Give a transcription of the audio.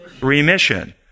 remission